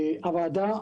הוועדה,